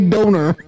Donor